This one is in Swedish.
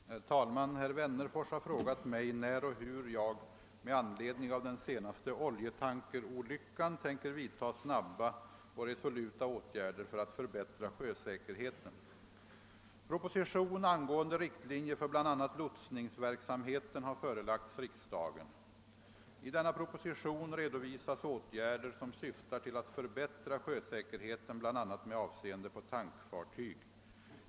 Herr talman! Herr Wennerfors har frågat mig när och hur jag med anled ning av den senaste oljetankerolyckan tänker vidta snabba och resoluta åtgärder för att förbättra sjösäkerheten. Proposition angående riktlinjer för bl.a. lotsningsverksamheten har förelagts riksdagen. I denna proposition redovisas åtgärder som syftar till att förbättra sjösäkerheten bl.a. med avseende på tankfartyg.